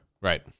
Right